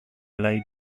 lay